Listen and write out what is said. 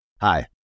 Hi